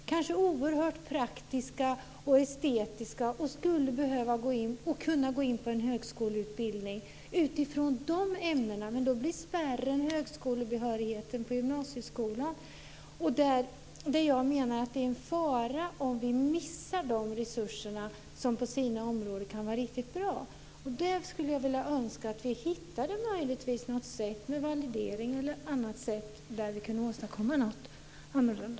De kanske är oerhört praktiska och estetiska och skulle kunna gå in på en högskoleutbildning utifrån dessa ämnen. Men då finns denna spärr, högskolebehörigheten på gymnasieskolan. Och jag menar att det är en fara om vi missar dessa resurser som på sina områden kan vara riktigt bra. Därför skulle jag önska att vi hittade något sätt, t.ex. med validering, för att åstadkomma något annorlunda.